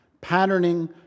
patterning